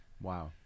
Wow